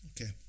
Okay